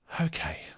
Okay